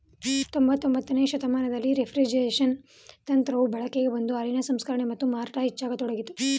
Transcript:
ಹತೊಂಬತ್ತನೇ ಶತಮಾನದಲ್ಲಿ ರೆಫ್ರಿಜರೇಷನ್ ತಂತ್ರವು ಬಳಕೆಗೆ ಬಂದು ಹಾಲಿನ ಸಂಸ್ಕರಣೆ ಮತ್ತು ಮಾರಾಟ ಹೆಚ್ಚಾಗತೊಡಗಿತು